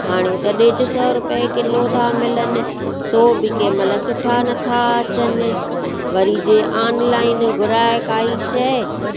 हाणे त ॾेढ सौ रुपये किलो था मिलनि सो बि कंहिंमहिल सुठा नथा अचनि वरी जे ऑनलाइन घुराए काइ शइ